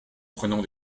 prenant